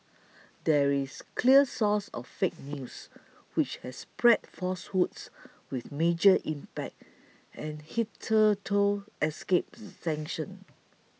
there is clear source of 'fake news' which has spread falsehoods with major impact and hitherto escaped sanction